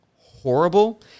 horrible